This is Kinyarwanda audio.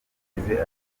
w’ingengo